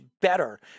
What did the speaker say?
better